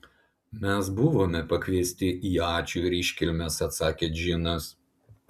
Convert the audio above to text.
mes buvome pakviesti į ačiū ir iškilmes atsakė džinas